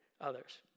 others